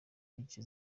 n’igice